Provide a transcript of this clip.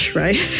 right